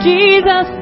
Jesus